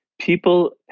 People